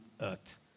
earth